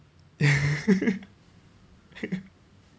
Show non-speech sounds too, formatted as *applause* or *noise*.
*laughs*